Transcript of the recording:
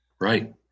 Right